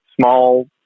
small